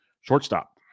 Shortstop